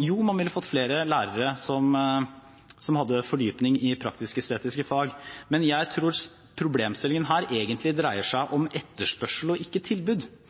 Jo, man ville fått flere lærere som hadde fordypning i praktisk-estetiske fag, men jeg tror problemstillingen her egentlig dreier seg om etterspørsel og ikke tilbud.